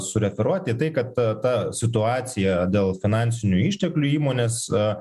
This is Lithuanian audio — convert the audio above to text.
sureferuoti į tai kad ta ta situacija dėl finansinių išteklių įmonės